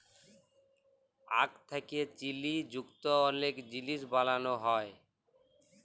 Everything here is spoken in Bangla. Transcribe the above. আখ থ্যাকে চিলি যুক্ত অলেক জিলিস বালালো হ্যয়